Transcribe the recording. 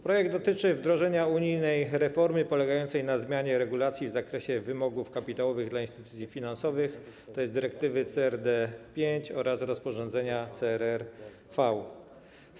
Projekt dotyczy wdrożenia unijnej reformy polegającej na zmianie regulacji w zakresie wymogów kapitałowych dla instytucji finansowych, tj. dyrektywy CRD V oraz rozporządzenia CRR II.